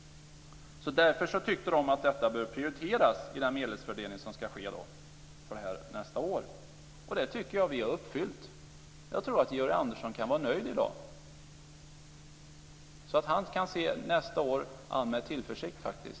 Därför tyckte de att detta borde prioriteras i den medelsfördelning som ska ske för nästa år. Jag tycker att vi har uppfyllt detta. Jag tror att Georg Andersson kan vara nöjd i dag. Han kan faktiskt se nästa år an med tillförsikt.